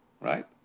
right